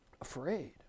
afraid